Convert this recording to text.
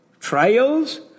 trials